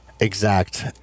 exact